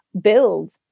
build